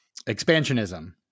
expansionism